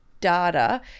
data